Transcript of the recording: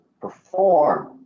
perform